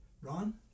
Ron